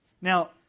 Now